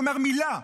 אומר מילה.